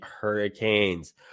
Hurricanes